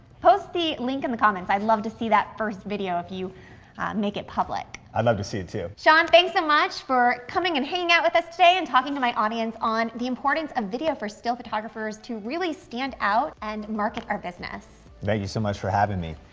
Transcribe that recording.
post the link in the comments. i'd love to see that first video if you make it public. i'd love to see it too. sean, thanks so much for coming and hanging out with us today and talking to my audience on the importance of video for still photographers to really stand out and market our business. thank you so much for having me.